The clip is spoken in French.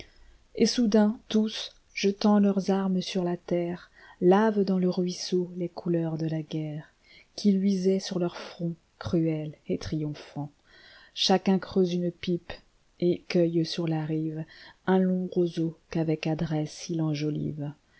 et soudain tous jetant leurs armes sur la terre lavent dans le ruisseau les couleurs de la guerrequi luisaient sur leurs fronts cruels et triomphants chacun creuse une pipe et cueille sur la riveun long roseau qu'avec adresse